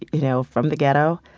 you know, from the ghetto,